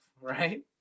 right